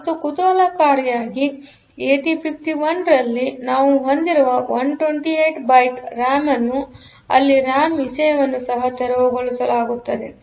ಮತ್ತು ಕುತೂಹಲಕಾರಿಯಾಗಿ 8051 ರಲ್ಲಿ ನಾವು ಹೊಂದಿರುವ 128 ಬೈಟ್ ರ್ಯಾಮ್ ಅಲ್ಲಿ ರ್ಯಾಮ್ ವಿಷಯವನ್ನು ಸಹ ತೆರವುಗೊಳಿಸಲಾಗುತ್ತದೆ